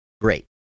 Great